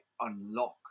unlock